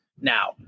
now